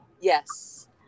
Yes